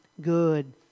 good